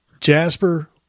Jasper